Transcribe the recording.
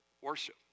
worship